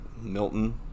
Milton